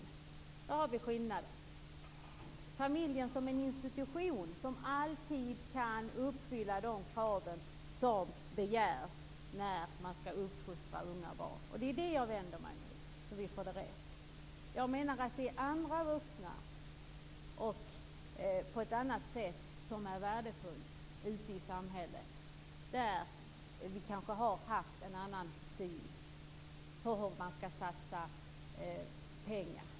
Där har vi skillnaden - familjen som en institution som alltid kan uppfylla de krav som ställs när man skall uppfostra unga och barn. Det är det jag vänder mig emot, så att vi får det rätt. Jag menar att det är andra vuxna, och på ett annat sätt, som är värdefulla ute i samhället, där vi kanske också har haft en annan syn på hur man skall satsa pengar.